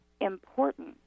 important